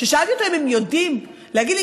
כששאלתי אותו אם הם יודעים להגיד לי